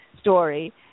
story